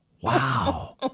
Wow